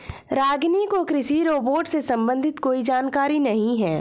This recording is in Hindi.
रागिनी को कृषि रोबोट से संबंधित कोई जानकारी नहीं है